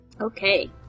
Okay